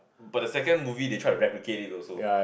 but the second movie they tried to replicate it also